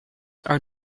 are